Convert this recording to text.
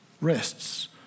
rests